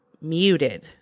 Muted